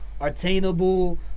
attainable